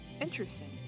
Interesting